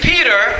Peter